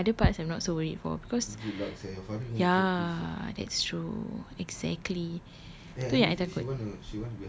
I think the other parts I'm not so worried for because ya that's true exactly tu yang I takut